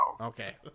Okay